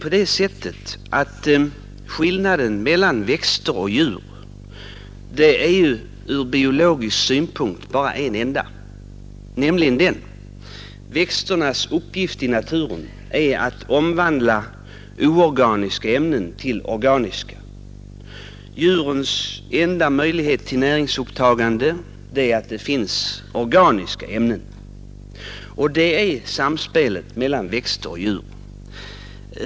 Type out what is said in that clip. Skillnaden mellan växter och djur är ur biologisk synpunkt bara en enda, nämligen den att växternas uppgift i naturen är att omvandla oorganiska ämnen till organiska, medan djurens enda möjlighet till näringsupptagande är att det finns organiska ämnen. Det är samspelet mellan växter och djur.